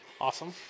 Awesome